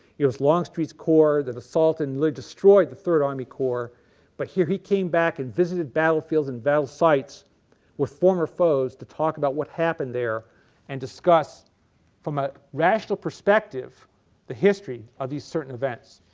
it was longstreet's corps that assaulted and really destroyed the third army corps but here he came back and visited battlefields and battlefield sites with former foes to talk about what happened there and discuss from a rational perspective the history of these certain events.